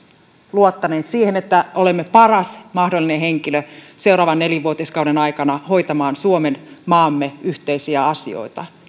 luottaneet siihen että olemme paras mahdollinen henkilö seuraavan nelivuotiskauden aikana hoitamaan suomen maamme yhteisiä asioita